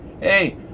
Hey